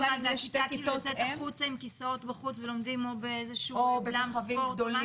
הכיתה יוצאת עם כסאות ולומדים בחוץ או באולם ספורט?